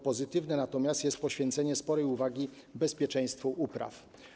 Pozytywne natomiast jest poświęcenie sporej uwagi bezpieczeństwu upraw.